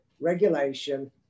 regulation